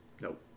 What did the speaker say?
Nope